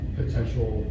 potential